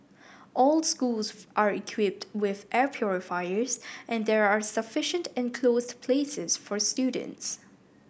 all schools are equipped with air purifiers and there are sufficient enclosed places for students